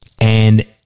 and-